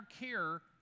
care